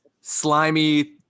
slimy